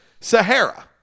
Sahara